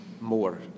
more